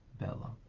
Bella